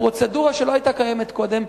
פרוצדורה שלא היתה קיימת קודם,